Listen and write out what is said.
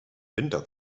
winter